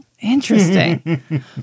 interesting